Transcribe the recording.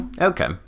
okay